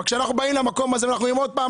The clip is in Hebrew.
אבל כשאנחנו באים למקום הזה ואנחנו אומרים עוד פעם,